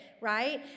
right